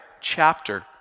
chapter